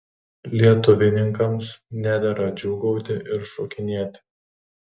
lietuvininkams nedera džiūgauti ir šokinėti